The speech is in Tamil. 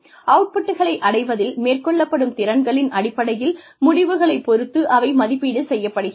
அவுட்புட்களை அடைவதில் மேற்கொள்ளப்படும் திறன்களின் அடிப்படையில் முடிவுகளை பொறுத்து அவை மதிப்பீடு செய்யப்படுகின்றன